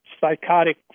psychotic